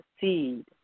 seed